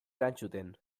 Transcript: erantzuten